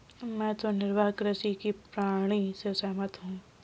मैं तो निर्वाह कृषि की प्रणाली से सहमत हूँ